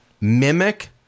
mimic